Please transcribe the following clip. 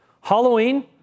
Halloween